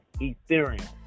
Ethereum